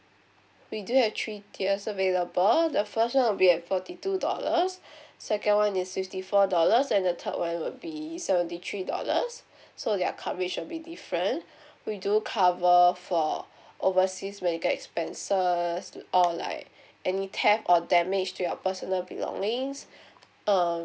we do have three tiers available the first [one] will be at forty two dollars second [one] is fifty four dollars and the third [one] will be seventy three dollars so their coverage is a bit different we do cover for overseas medical expenses err or like any theft or damage to your personal belongings err